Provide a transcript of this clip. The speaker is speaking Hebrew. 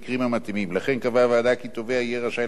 לכן קבעה הוועדה כי תובע יהיה רשאי להציע לחשוד